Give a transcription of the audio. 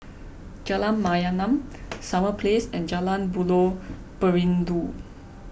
Jalan Mayaanam Summer Place and Jalan Buloh Perindu